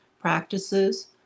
practices